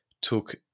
took